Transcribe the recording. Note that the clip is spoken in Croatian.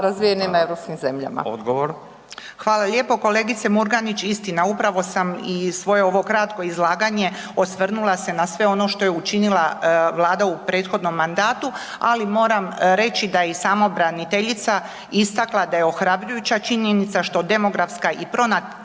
**Juričev-Martinčev, Branka (HDZ)** Hvala lijepo. Kolegice Murganić, istina upravo sam i svoje ovo kratko izlaganje osvrnula se na sve ono što je učinila vlada u prethodnom mandatu, ali moram reći da je i sama pravobraniteljica istakla da je ohrabrujuća činjenica što demografska i pronatalitetna